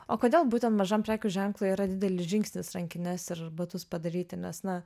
o kodėl būtent mažam prekių ženklui yra didelis žingsnis rankines ir batus padaryti nes na